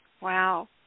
Wow